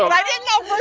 i didn't know